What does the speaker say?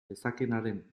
lezakeenaren